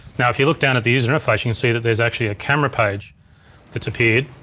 now if you look down at the user interface you can see that there's actually a camera page that's appeared,